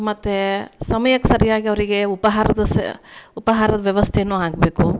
ಮತ್ತು ಸಮ್ಯಕ್ಕೆ ಸರಿಯಾಗಿ ಅವರಿಗೆ ಉಪಹಾರದ ಸ ಉಪಹಾರದ ವ್ಯವಸ್ಥೆಯೂ ಆಗಬೇಕು